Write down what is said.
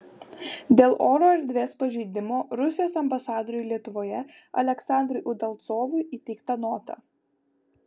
dėl oro erdvės pažeidimo rusijos ambasadoriui lietuvoje aleksandrui udalcovui įteikta nota